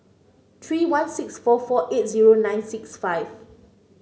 three one six four four eight zero nine six five